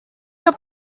your